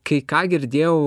kai ką girdėjau